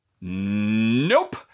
Nope